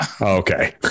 okay